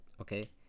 okay